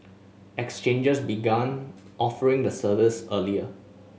exchanges began offering the service earlier